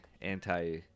anti